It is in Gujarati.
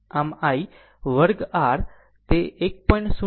આમ Iવર્ગ r તે 1